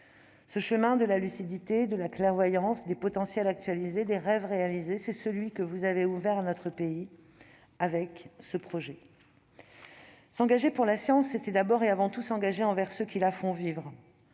Ce chemin de la lucidité, de la clairvoyance, des potentiels actualisés et des rêves réalisés, c'est celui que vous avez ouvert à notre pays au travers de ce projet de loi de programmation. S'engager pour la science, c'était d'abord, et avant tout, s'engager envers ceux qui la font vivre.